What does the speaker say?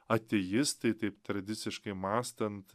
ateistai taip tradiciškai mąstant